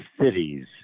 cities